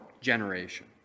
generation